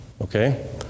okay